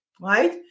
right